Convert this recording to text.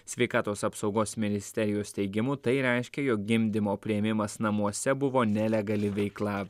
sveikatos apsaugos ministerijos teigimu tai reiškia jog gimdymo priėmimas namuose buvo nelegali veikla